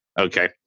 Okay